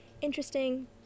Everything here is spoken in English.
interesting